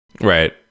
Right